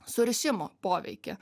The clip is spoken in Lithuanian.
surišimo poveikį